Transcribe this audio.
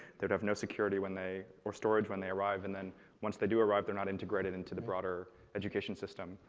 they'd have no security when they or storage when they arrive. and then once they do arrive, they're not integrated into the broader education system.